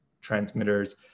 transmitters